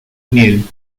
miel